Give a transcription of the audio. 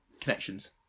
connections